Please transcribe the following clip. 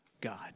God